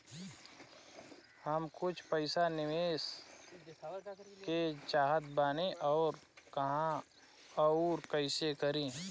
हम कुछ पइसा निवेश करे के चाहत बानी और कहाँअउर कइसे करी?